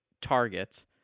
targets